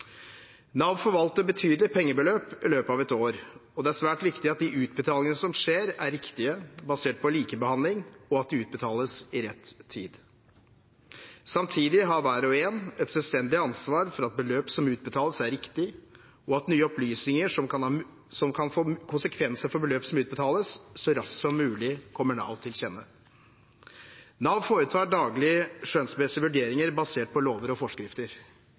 Nav forvalter betydelige pengebeløp i løpet av et år, og det er svært viktig at de utbetalingene som skjer, er riktige, basert på likebehandling, og at de utbetales i rett tid. Samtidig har hver og en et selvstendig ansvar for at beløp som utbetales, er riktige, og at nye opplysninger som kan få konsekvenser for beløp som utbetales, så raskt som mulig kommer til Navs kunnskap. Nav foretar daglig skjønnsmessige vurderinger basert på lover og forskrifter.